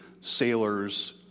sailors